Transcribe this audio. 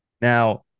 Now